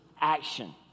action